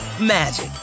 magic